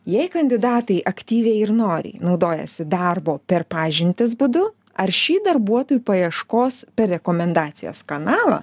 jei kandidatai aktyviai ir noriai naudojasi darbo per pažintis būdu ar šį darbuotų paieškos per rekomendacijas kanalą